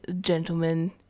gentlemen